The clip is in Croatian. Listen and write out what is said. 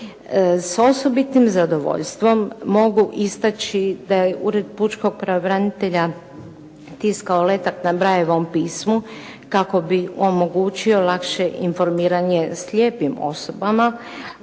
S osobitim zadovoljstvom mogu istači da je ured pučkog pravobranitelja tiskao letak na Brailleovom pismu kako bi omogućio lakše informiranje slijepim osobama,